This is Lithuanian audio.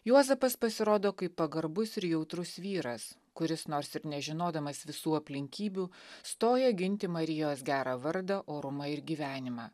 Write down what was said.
juozapas pasirodo kaip pagarbus ir jautrus vyras kuris nors ir nežinodamas visų aplinkybių stoja ginti marijos gerą vardą orumą ir gyvenimą